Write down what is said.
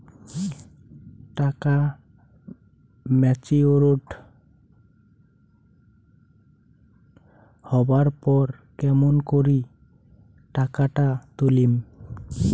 টাকা ম্যাচিওরড হবার পর কেমন করি টাকাটা তুলিম?